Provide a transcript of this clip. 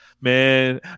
Man